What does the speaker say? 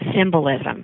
symbolism